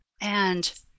and-